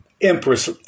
Empress